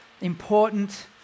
important